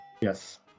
Yes